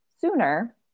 sooner